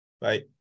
Bye